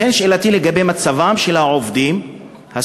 לכן, שאלתי היא לגבי מצבם של העובדים הסוציאליים: